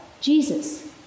Jesus